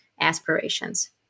aspirations